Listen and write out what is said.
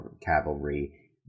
cavalry